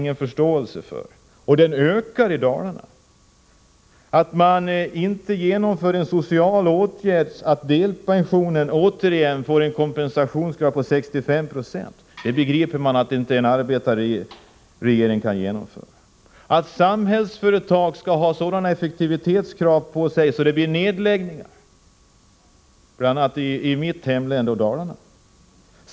Man förstår inte att inte en arbetarregering kan vidta en social åtgärd som att åter låta delpensionsförsäkringen täcka med 65 90 av lönen. Inte heller kan man förstå att Samhällsföretag måste ha sådana effektivitetskrav på sig att följden blir nedläggningar, bl.a. i mitt hemlän Dalarna.